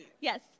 Yes